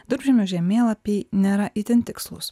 durpžemio žemėlapiai nėra itin tikslūs